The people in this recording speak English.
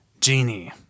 Genie